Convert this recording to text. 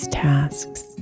tasks